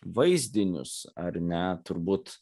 vaizdinius ar ne turbūt